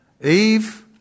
Eve